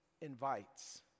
invites